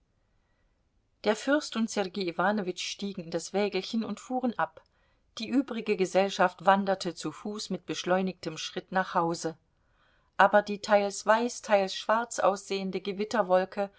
der fürst und sergei iwanowitsch stiegen in das wägelchen und fuhren ab die übrige gesellschaft wanderte zu fuß mit beschleunigtem schritt nach hause aber die teils weiß teils schwarz aussehende gewitterwolke